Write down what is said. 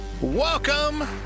Welcome